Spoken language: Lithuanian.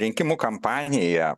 rinkimų kampanija